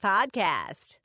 Podcast